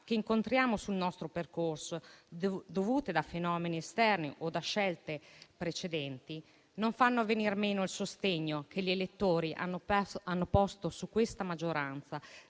che incontriamo sul nostro percorso, dovute a fenomeni esterni o a scelte precedenti, non viene meno il sostegno che gli elettori hanno manifestato verso questa maggioranza.